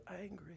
angry